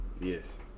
Yes